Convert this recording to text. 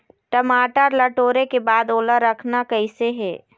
टमाटर ला टोरे के बाद ओला रखना कइसे हे?